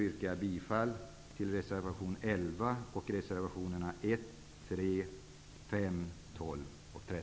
Jag yrkar bifall till reservationerna 1,